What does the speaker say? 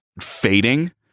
fading